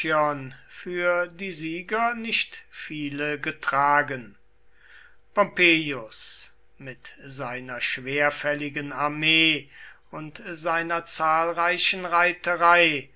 für die sieger nicht viele getragen pompeius mit seiner schwerfälligen armee und seiner zahlreichen reiterei